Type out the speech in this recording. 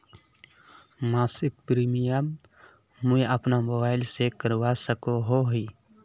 मासिक प्रीमियम मुई अपना मोबाईल से करवा सकोहो ही?